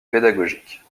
pédagogique